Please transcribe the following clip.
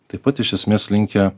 taip pat iš esmės linkę